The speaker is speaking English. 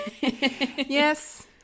Yes